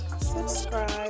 subscribe